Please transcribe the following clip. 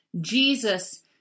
Jesus